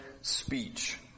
speech